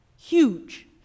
Huge